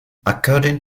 according